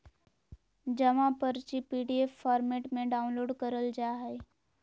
जमा पर्ची PDF format में डाउनलोड करल जा हय